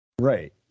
Right